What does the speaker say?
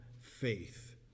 faith